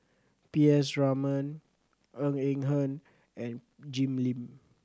P S Raman Ng Eng Hen and Jim Lim